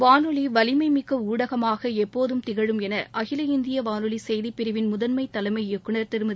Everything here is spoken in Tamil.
வானொலி வலிமைமிக்க ஊடகமாக எப்போதும் திகழும் என அகில இந்திய வானொலி செய்திப்பிரிவு முதன்மை இயக்குநர் தலைமை திருமதி